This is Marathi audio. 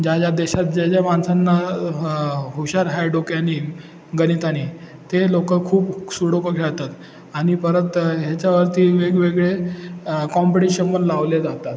ज्या ज्या देशात ज्या ज्या माणसांना हुशार आहे डोक्याने गणिताने ते लोक खूप सुडोको खेळतात आणि परत ह्याच्यावरती वेगवेगळे कॉम्पिटिशन पण लावले जातात